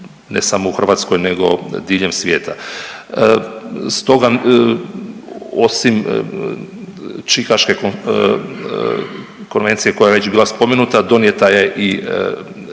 ne samo u Hrvatskoj nego diljem svijeta. Stoga, osim Čikaške konvencije koja je već bila spomenuta donijeta je